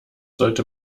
sollte